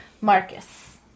Marcus